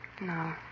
No